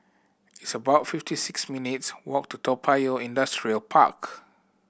it's about fifty six minutes' walk to Toa Payoh Industrial Park